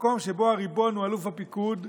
מקום שבו הריבון הוא אלוף הפיקוד,